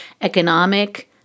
economic